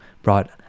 brought